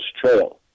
Trail